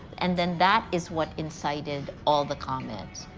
and then that is what incited all the comments.